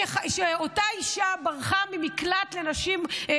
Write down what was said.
כשאותה אישה ברחה ממקלט לנשים,